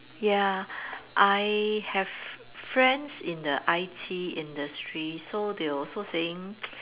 ya I have friends in the I_T industry so they were also saying